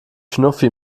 schnuffi